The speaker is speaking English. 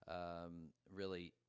um, really,